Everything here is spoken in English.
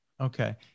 Okay